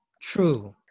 True